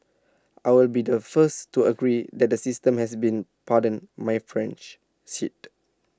I'll be the first to agree that the system has been pardon my French shit